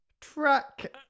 Track